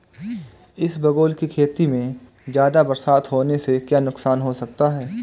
इसबगोल की खेती में ज़्यादा बरसात होने से क्या नुकसान हो सकता है?